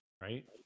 Right